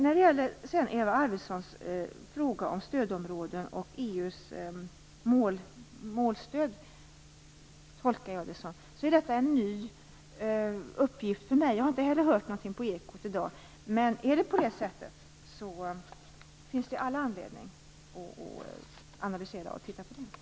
När det slutligen gäller Eva Arvidssons fråga om stödområden och EU:s målstöd är detta en ny uppgift för mig. Jag har inte heller hört någonting på Ekot i dag. Men är det på det sättet finns det all anledning att analysera och titta på det.